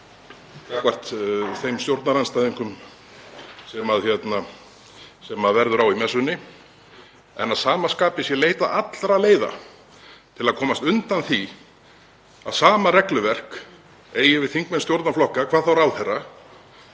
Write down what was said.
gagnvart þeim stjórnarandstæðingum sem verður á í messunni en að sama skapi sé leitað allra leiða til að komast undan því að sama regluverk eigi við þingmenn stjórnarflokka, hvað þá ráðherra.